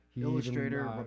illustrator